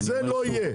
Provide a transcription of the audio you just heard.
זה לא יהיה.